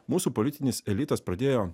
mūsų politinis elitas pradėjo